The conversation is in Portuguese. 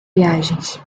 viagens